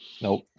Nope